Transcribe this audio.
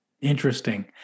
Interesting